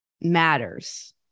matters